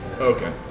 Okay